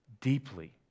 deeply